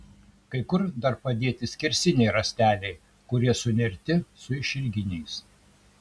kai kur dar padėti skersiniai rąsteliai kurie sunerti su išilginiais